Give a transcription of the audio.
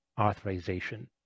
authorization